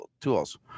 tools